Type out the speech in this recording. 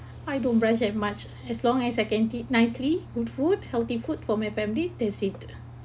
I don't blush that much as long as I can tea~ nicely good food healthy food for my family that's it